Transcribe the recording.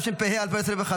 התשפ"ה 2025,